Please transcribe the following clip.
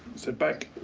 sit back.